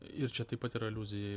ir čia taip pat yra aliuzija